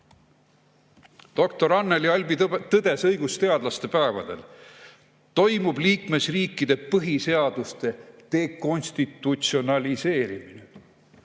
Anneli Albi tõdes õigusteadlaste päevadel: toimub liikmesriikide põhiseaduste dekonstitutsionaliseerimine,